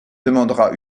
demandera